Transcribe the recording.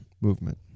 Movement